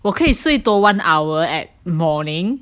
我可以睡多 one hour at morning